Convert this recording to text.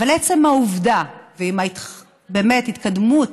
אבל עצם העובדה, ובאמת, עם ההתקדמות